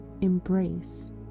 embrace